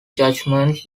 judgments